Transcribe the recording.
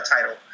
title